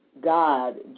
God